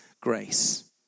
grace